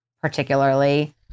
particularly